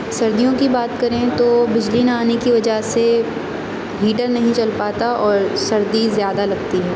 سردیوں کی بات کریں تو بجلی نہ آنے کی وجہ سے ہیٹر نہیں چل پاتا اور سردی زیادہ لگتی ہے